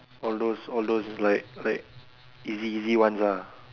all those all those like like easy easy ones lah